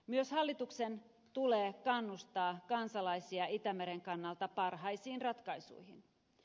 myös hallituksen tulee kannustaa kansalaisia itämeren kannalta parhaisiin ratkaisuihin